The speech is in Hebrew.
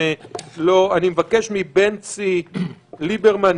אני מבקש מבנצי ליברמן,